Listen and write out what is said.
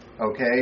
Okay